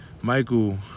Michael